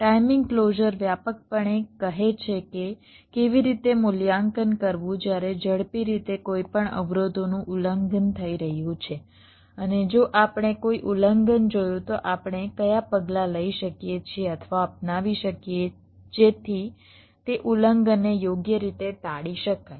timing closure વ્યાપકપણે કહે છે કે કેવી રીતે મૂલ્યાંકન કરવું જ્યારે ઝડપી રીતે કોઈપણ અવરોધોનું ઉલ્લંઘન થઈ રહ્યું છે અને જો આપણે કોઈ ઉલ્લંઘન જોયું તો આપણે કયા પગલાં લઈ શકીએ અથવા અપનાવી શકીએ જેથી તે ઉલ્લંઘનને યોગ્ય રીતે ટાળી શકાય